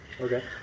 Okay